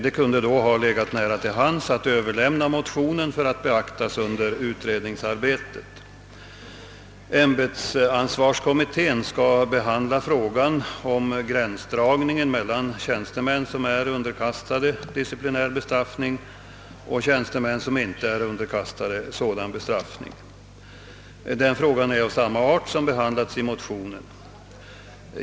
Det kunde då ha legat nära till hands att överlämna motionen för att beaktas under utredningsarbetet. Ämbetsansvarskommittén skall behandla frågan om gränsdragning mellan tjänstemän som är underkastade disciplinär bestraffning och tjänstemän som inte är underkastade sådan bestraffning. Den frågan är av samma art som den fråga som behandlats i motionen.